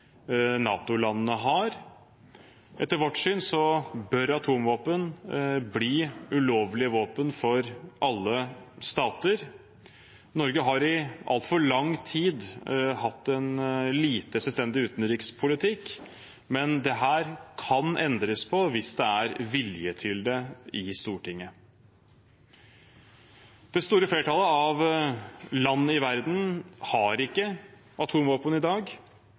har. Etter vårt syn bør atomvåpen bli ulovlige våpen for alle stater. Norge har i altfor lang tid hatt en lite selvstendig utenrikspolitikk, men dette kan endres på hvis det er vilje til det i Stortinget. Det store flertallet av land i verden har ikke atomvåpen i dag.